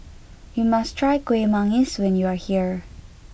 you must try Kuih Manggis when you are here